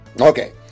Okay